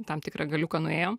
tam tikrą galiuką nuėjom